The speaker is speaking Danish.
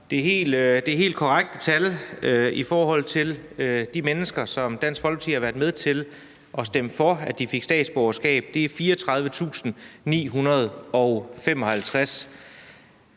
Det helt korrekte tal i forhold til de mennesker, som Dansk Folkeparti har stemt for fik statsborgerskab, er 34.955.